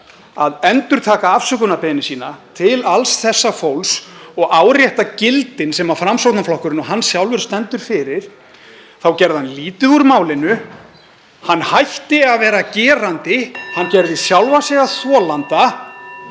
að endurtaka afsökunarbeiðni sína til alls þessa fólks og árétta gildin sem Framsóknarflokkurinn, og hann sjálfur, stendur fyrir þá gerði hann lítið úr málinu. Hann hætti að vera gerandi, hann gerði sjálfan sig að þolanda.